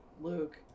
Luke